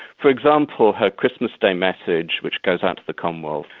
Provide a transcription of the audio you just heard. for example, her christmas day message which goes out to the commonwealth,